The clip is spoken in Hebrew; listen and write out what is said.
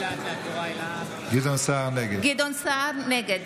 גדעון סער, נגד